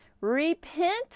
repent